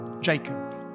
Jacob